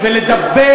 זה עוד ייקלט.